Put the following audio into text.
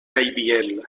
gaibiel